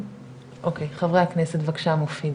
כן, חברי הכנסת בבקשה מופיד.